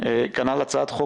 כנ"ל הצעת חוק,